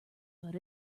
but